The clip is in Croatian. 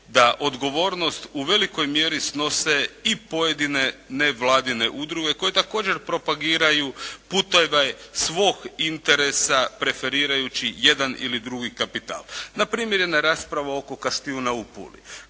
da odgovornost u velikoj mjeri snose i pojedine nevladine udruge koje također propagiraju puteve svog interesa preferirajući jedan ili drugi kapital. Na primjer, jedna rasprava oko Kaštjuna u Puli.